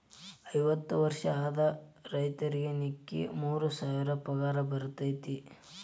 ಅರ್ವತ್ತ ವರ್ಷ ಆದ ರೈತರಿಗೆ ನಿಕ್ಕಿ ಮೂರ ಸಾವಿರ ಪಗಾರ ಬರ್ತೈತಿ